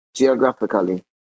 Geographically